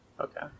Okay